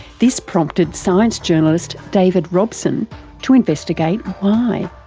this prompted science journalist david robson to investigate why.